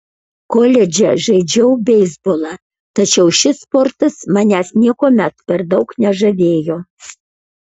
koledže žaidžiau beisbolą tačiau šis sportas manęs niekuomet per daug nežavėjo